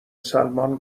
سلمان